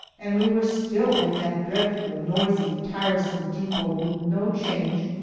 and we were still in that dreadful, noisy, tiresome depot, with no change,